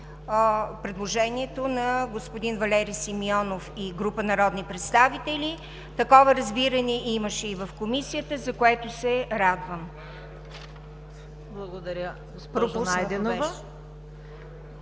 предложението на господин Валери Симеонов и група народни представители. Такова разбиране имаше и в Комисията, за което се радвам. ЛЪЧЕЗАР ИВАНОВ